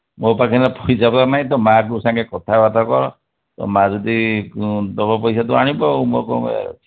ମୋ ପାଖରେ ଏଇନା ପଇସା ପତ୍ର ନାହିଁ ତୋ ମା' କୁ ସାଙ୍ଗେରେ କଥାବାର୍ତ୍ତା କର ତୋ ମା' ଯଦି ଦେବ ପଇସା ତୁ ଆଣିବୁ ଆଉ ମୋର କ'ଣ କହିବାର ଅଛି